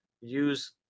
Use